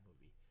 movie